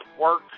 work